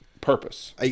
purpose